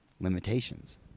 limitations